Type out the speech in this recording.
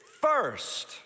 First